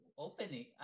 Opening